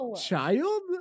child